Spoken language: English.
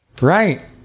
Right